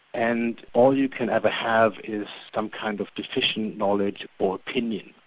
and all you can ever have is some kind of deficient knowledge, or opinion.